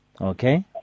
okay